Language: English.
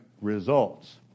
Results